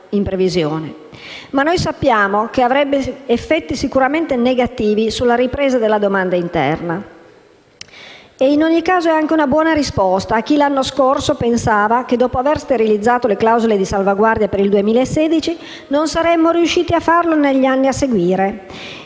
ma sappiamo che avrebbe effetti sicuramente negativi sulla ripresa della domanda interna. In ogni caso, è anche una buona risposta a chi l'anno scorso pensava che, dopo aver sterilizzato le clausole di salvaguardia per il 2016, non saremmo riusciti a farlo negli anni a seguire.